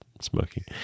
smoking